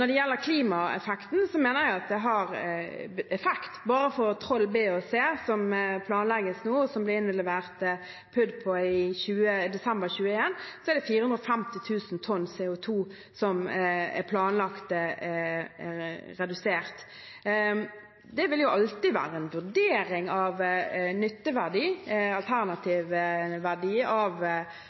det gjelder klimaeffekten, mener jeg det har effekt. Bare for Troll B og C, som planlegges nå, og som det ble innlevert PUD på i desember 2021, er det planlagt en reduksjon på 450 000 tonn CO 2 . Det vil alltid være en vurdering av nytteverdi og alternativ verdi av